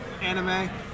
Anime